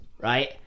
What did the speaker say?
right